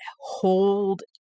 hold